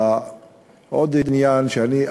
לעוד עניין שאני,